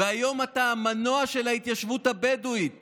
היום אתה המנוע של ההתיישבות הבדואית